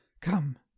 come